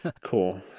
cool